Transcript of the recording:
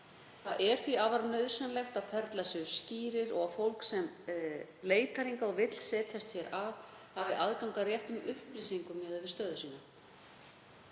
Það er því afar nauðsynlegt að ferlar séu skýrir og að fólk sem leitar hingað og vill setjast hér að hafi aðgang að réttum upplýsingum miðað við stöðu sína.